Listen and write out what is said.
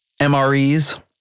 MREs